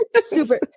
Super